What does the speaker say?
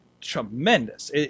tremendous